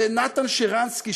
ונתן שרנסקי,